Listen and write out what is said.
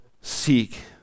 seek